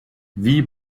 wie